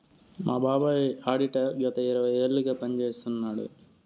మా బాబాయ్ ఆడిటర్ గత ఇరవై ఏళ్లుగా పని చేస్తున్నాడు